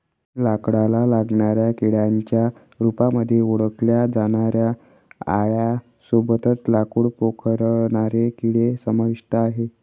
लाकडाला लागणाऱ्या किड्यांच्या रूपामध्ये ओळखल्या जाणाऱ्या आळ्यां सोबतच लाकूड पोखरणारे किडे समाविष्ट आहे